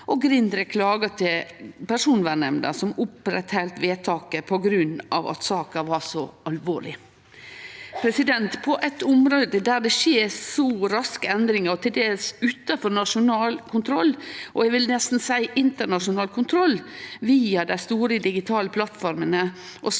ga til Personvernnemnda, som opprettheldt vedtaket på grunn av at saka var så alvorleg. På eit område der det skjer så raske endringar til dels utanfor nasjonal kontroll – og eg vil nesten seie internasjonal kontroll – via dei store digitale plattformene og stadig